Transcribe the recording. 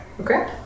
Okay